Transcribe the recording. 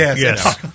yes